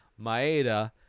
maeda